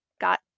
got